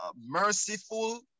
Merciful